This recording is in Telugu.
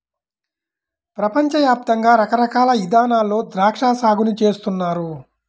పెపంచ యాప్తంగా రకరకాల ఇదానాల్లో ద్రాక్షా సాగుని చేస్తున్నారు